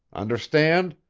understand?